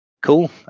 Cool